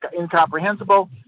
incomprehensible